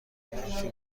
منفی